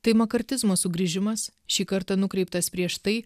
tai makartizmo sugrįžimas šį kartą nukreiptas prieš tai